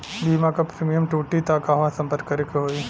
बीमा क प्रीमियम टूटी त कहवा सम्पर्क करें के होई?